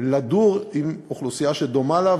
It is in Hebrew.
לדור עם אוכלוסייה שדומה לה,